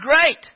great